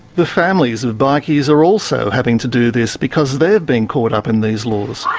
the families of bikies are also having to do this because they have been caught up in these laws.